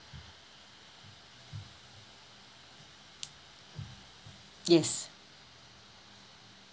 yes